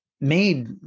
made